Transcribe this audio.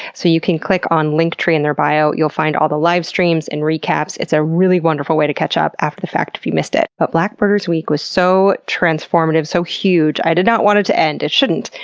so you can click on linktr ee in their bio you'll find all the livestreams and recaps. it's a really wonderful way to catch up after the fact, if you missed it. but black birders week was so transformative, so huge, i did not want it to end. it shouldn't.